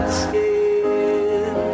skin